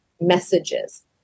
messages